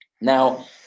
Now